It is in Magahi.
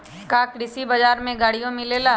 का कृषि बजार में गड़ियो मिलेला?